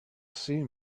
see